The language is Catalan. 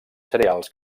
cereals